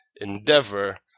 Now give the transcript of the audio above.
endeavor